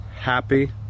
Happy